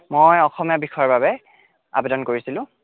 মই অসমীয়া বিষয়ৰ বাবে আবেদন কৰিছিলোঁ